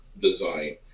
design